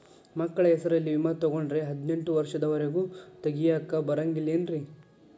ಮಕ್ಕಳ ಹೆಸರಲ್ಲಿ ವಿಮೆ ತೊಗೊಂಡ್ರ ಹದಿನೆಂಟು ವರ್ಷದ ಒರೆಗೂ ತೆಗಿಯಾಕ ಬರಂಗಿಲ್ಲೇನ್ರಿ?